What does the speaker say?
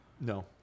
No